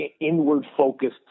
inward-focused